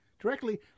directly